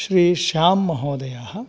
श्री श्याम् महोदयः